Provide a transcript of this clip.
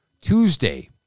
Tuesday